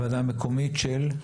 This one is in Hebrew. הוועדה המקומית של?